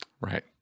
Right